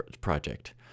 project